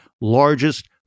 largest